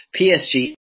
PSG